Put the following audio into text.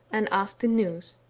and asked the news.